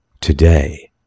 today